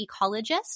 ecologist